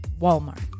Walmart